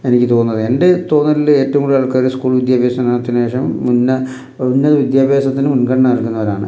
എനിക്ക് തോന്നുന്നത് എൻ്റെ തോന്നൽ ഏറ്റവും കൂടുൽ ആൾക്കാർ സ്കൂൾ വിദ്യാഭ്യാസത്തിന് ശേഷം ഉന്നത വിദ്യാഭ്യാസത്തിന് മുൻഗണന നൽകുന്നവരാണ്